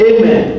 Amen